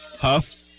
Huff